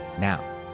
Now